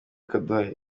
ikaduha